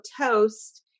toast